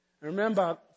Remember